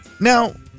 Now